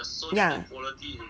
ya